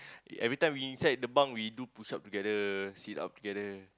every time we inside the bunk we do push up together sit up together